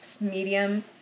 medium